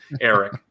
Eric